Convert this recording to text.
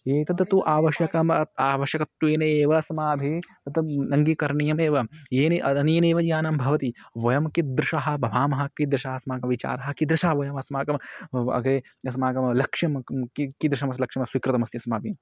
एतत् तु आवश्यकम् आवश्यकत्वेनेव अस्माभिः तद् नाङ्गीकरणीयमेव येन अतः अनेनैव ज्ञानं भवति वयं किद्दृशाः भवामः कीदृशः अस्माकं विचारः कीदृशः वयमस्माकम् अग्रे अस्माकं लक्ष्यं कीदृशमस्ति लक्ष्यमस्ति स्वीकृतमस्ति अस्माभिः